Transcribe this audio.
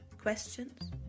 Questions